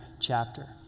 chapter